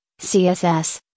CSS